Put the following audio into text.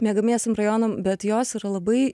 miegamiesiem rajonam bet jos yra labai